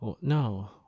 No